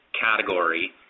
category